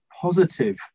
positive